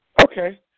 Okay